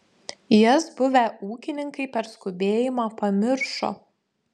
jas buvę ūkininkai per skubėjimą pamiršo